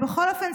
בכל אופן,